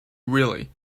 really